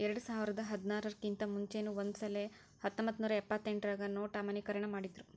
ಎರ್ಡ್ಸಾವರ್ದಾ ಹದ್ನಾರರ್ ಕಿಂತಾ ಮುಂಚೆನೂ ಒಂದಸಲೆ ಹತ್ತೊಂಬತ್ನೂರಾ ಎಪ್ಪತ್ತೆಂಟ್ರಾಗ ನೊಟ್ ಅಮಾನ್ಯೇಕರಣ ಮಾಡಿದ್ರು